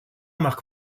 marc